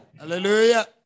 Hallelujah